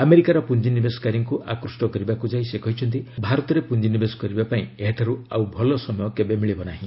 ଆମେରିକାର ପୁଞ୍ଜିନିବେଶକାରୀଙ୍କୁ ଆକୃଷ୍ଟ କରିବାକୁ ଯାଇ ସେ କହିଛନ୍ତି ଭାରତରେ ପୁଞ୍ଜି ନିବେଶ କରିବା ପାଇଁ ଏହାଠାରୁ ଆଉ ଭଲ ସମୟ କେବେ ମିଳିବ ନାହିଁ